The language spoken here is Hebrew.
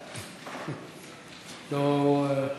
לא.